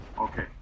Okay